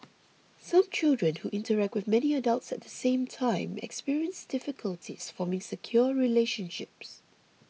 some children who interact with many adults at the same time experience difficulties forming secure relationships